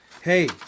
hey